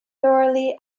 thoroughly